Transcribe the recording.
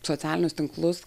socialinius tinklus